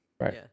Right